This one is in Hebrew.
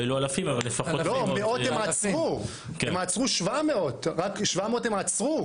מאות הם עצרו, 700 הם עצרו.